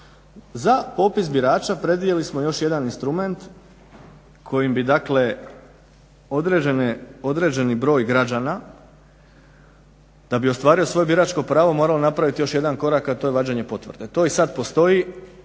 za popis birača predvidjeli smo još jedan instrument kojim bi, dakle određeni broj građana, da bi ostvario svoje biračko pravo morao napraviti još jedan korak, a to je vađenje potvrde. To i sad postoji,